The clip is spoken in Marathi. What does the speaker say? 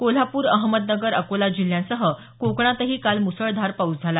कोल्हापूर अहमदनगर अकोला जिल्ह्यांसह कोकणातही काल मुसळधार पाऊस झाला